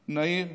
נהיר,